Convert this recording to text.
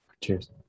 Cheers